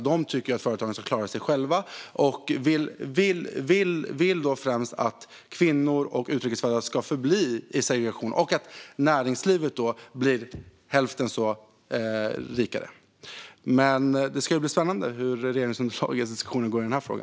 De tycker att företagen ska klara sig själva och vill då främst att kvinnor och utrikes födda ska förbli i segregation och att näringslivet ska bli hälften så rikt. Det ska bli spännande att höra hur regeringsunderlagets diskussioner går i denna fråga.